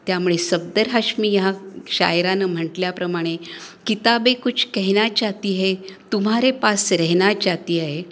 त्यामुळे सफदर हाश्मी ह्या शायरांनं म्हटल्याप्रमाणे किताबे कुछ कहना चाहती है तुम्हारे पास रहना चाहती आहे